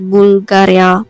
Bulgaria